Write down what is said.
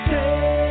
Say